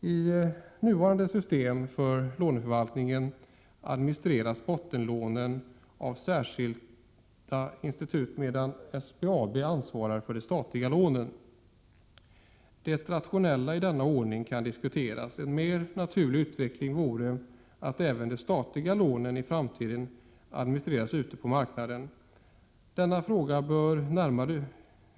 I nuvarande system för låneförvaltningen administreras bottenlånen av särskilda institut, medan SBAB ansvarar för de statliga lånen. Det rationella i denna ordning kan diskuteras. En mer naturlig utveckling vore att även de statliga lånen i framtiden administreras ute på marknaden. Denna fråga bör